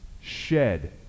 shed